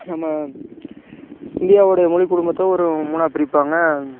நம்ம இந்தியாவுடைய மொழிக்குடும்பத்தை ஒரு மூணாக பிரிப்பாங்க